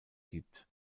gibt